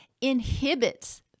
inhibits